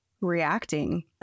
reacting